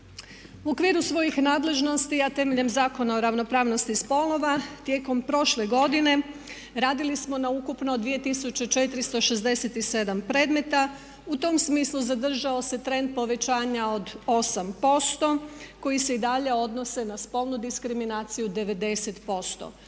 U okviru svojih nadležnosti, a temeljem Zakona o ravnopravnosti spolova tijekom prošle godine radili smo na ukupno 2467 predmeta. U tom smislu zadržao se trend povećanja od 8% koji se i dalje odnose na spolnu diskriminaciju 90%.